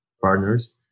partners